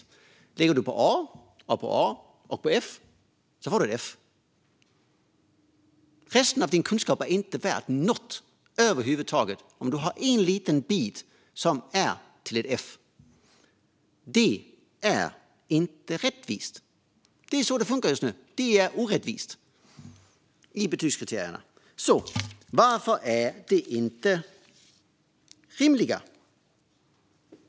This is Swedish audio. Men om barnets kunskaper ligger på A, A och F blir det ett F. Resten av kunskapen är alltså inte värd någonting över huvud taget om det är en liten bit som är ett F! Det är inte rättvist, men det är så det funkar just nu. Betygskriterierna är orättvisa. Och varför är de inte rimliga?